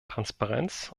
transparenz